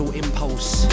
impulse